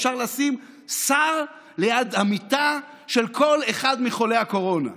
אפשר לשים שר ליד המיטה של כל אחד מחולי הקורונה.